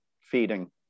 feeding